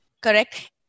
Correct